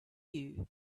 you